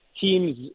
teams